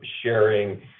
sharing